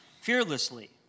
Fearlessly